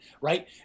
right